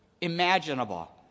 imaginable